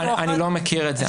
אני לא מכיר את זה.